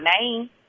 name